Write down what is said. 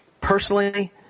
personally